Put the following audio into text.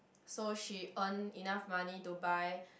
so she earns enough money to buy